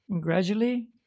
gradually